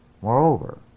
Moreover